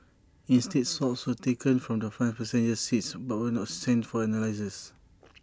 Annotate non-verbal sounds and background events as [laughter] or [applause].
instead swabs were taken from the front passenger seats but were not sent for analysis [noise]